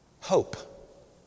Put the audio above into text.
hope